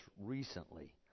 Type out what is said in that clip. recently